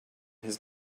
his